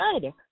good